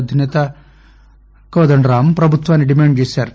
అధినేత కోదండరాం ప్రభుత్వాన్ని డిమాండ్ చేశారు